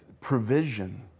provision